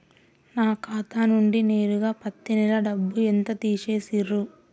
నా ఖాతా నుండి నేరుగా పత్తి నెల డబ్బు ఎంత తీసేశిర్రు?